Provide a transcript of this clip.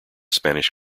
spanish